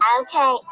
okay